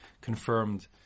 confirmed